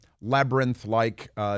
labyrinth-like